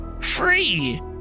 free